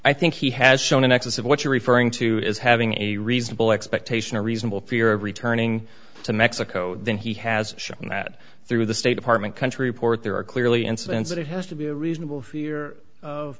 i think he has shown in excess of what you're referring to as having a reasonable expectation a reasonable fear of returning to mexico then he has shown that through the state department country port there are clearly incidents that it has to be a reasonable fear of